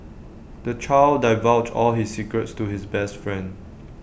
the child divulged all his secrets to his best friend